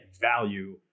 value